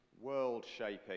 world-shaping